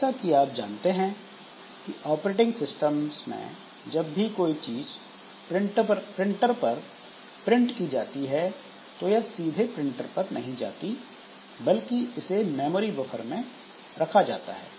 जैसा कि आप जानते हैं कि ऑपरेटिंग सिस्टम्स में जब भी कोई चीज प्रिंटर पर प्रिंट की जाती है तो यह सीधे प्रिंटर पर नहीं जाती बल्कि इसे मेमोरी बफर में रखा जाता है